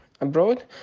abroad